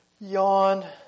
Yawn